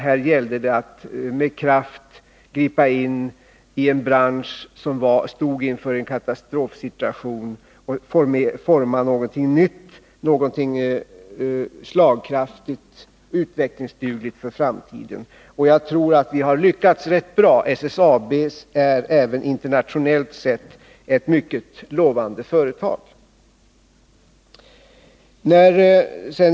Här gällde det att med kraft gripa in i en bransch som stod inför en katastrofsituation och forma någonting nytt, någonting slagkraftigt och utvecklingsdugligt för framtiden. Jag tror att vi har lyckats rätt bra. SSAB är även internationellt sett ett mycket lovande företag.